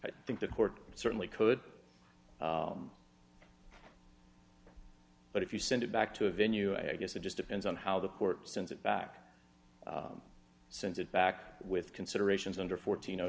i think the court certainly could but if you send it back to a venue i guess it just depends on how the court since it back since it back with considerations under fourteen